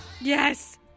Yes